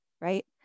Right